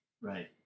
right